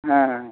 হ্যাঁ হ্যাঁ